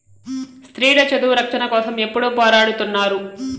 స్త్రీల చదువు రక్షణ కోసం ఎప్పుడూ పోరాడుతున్నారు